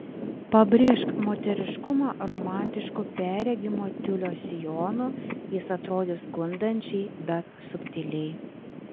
pabrėžk moteriškumą romantišku perregimo tiulio sijonu jis atrodys gundančiai bet subtiliai